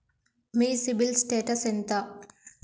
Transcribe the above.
మీ CIBIL status ఎంత?